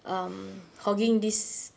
um hogging this